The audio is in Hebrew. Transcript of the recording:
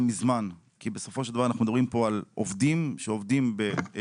כי בסופו של דבר אנחנו מדברים כאן על עובדים שעובדים בעבודות